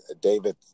David